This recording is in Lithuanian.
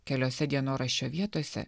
keliose dienoraščio vietose